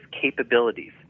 capabilities